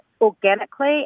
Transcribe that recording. organically